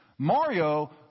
Mario